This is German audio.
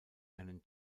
einen